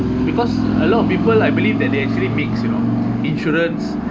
because a lot of people I believe that they actually mix you know insurance